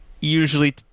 usually